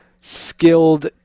skilled